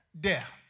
death